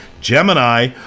Gemini